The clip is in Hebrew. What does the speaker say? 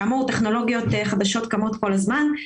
כאמור, טכנולוגיות חדשות קמות כל הזמן.